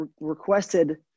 requested